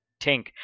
Tink